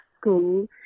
school